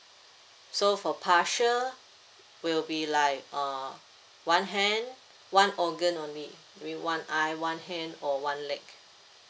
so for partial will be like uh one hand one organ only with one eye one hand or one leg